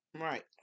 Right